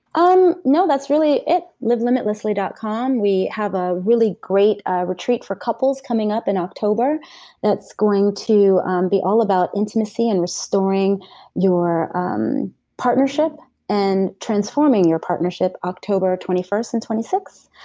um that's really it. livelimitlessly dot com. we have a really great retreat for couples coming up in october that's going to um be all about intimacy and restoring your um partnership and transforming your partnership, october twenty first and twenty six.